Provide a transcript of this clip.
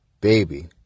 baby